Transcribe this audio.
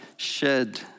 Shed